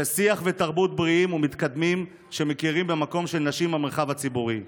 של שיח ותרבות בריאים ומתקדמים שמכירים במקום של נשים במרחב הציבורי.